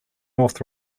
north